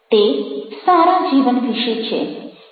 તે સારા જીવન વિશે છે